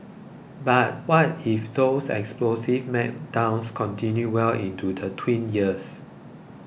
but what if those explosive meltdowns continue well into the tween years